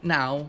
Now